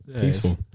Peaceful